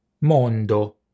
mondo